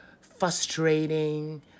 frustrating